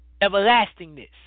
everlastingness